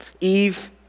Eve